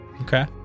Okay